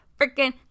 freaking